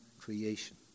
creation